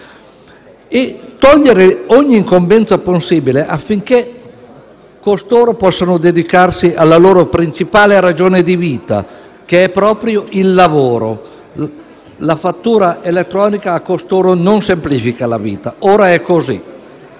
di togliere ogni incombenza possibile affinché costoro potessero dedicarsi alla loro principale ragione di vita, che è proprio il lavoro. La fattura elettronica a costoro non semplifica la vita: ora è così.